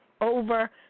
over